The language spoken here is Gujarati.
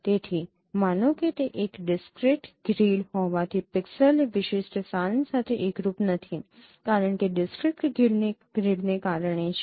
તેથી માનો કે તે એક ડિસક્રીટ ગ્રીડ હોવાથી પિક્સેલ એ વિશિષ્ટ સ્થાન સાથે એકરૂપ નથી કારણ કે ડિસક્રીટ ગ્રીડને કારણે છે